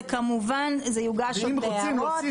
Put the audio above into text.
כמובן זה יוגש להערות.